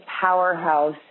powerhouse